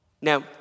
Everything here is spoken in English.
Now